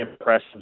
impressive